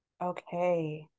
okay